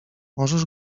możesz